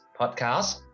podcast